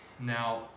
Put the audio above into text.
now